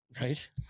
Right